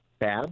bad